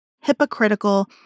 hypocritical